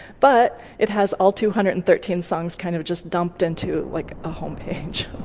but it has all two hundred and thirteen songs kind of just dumped into like a home page.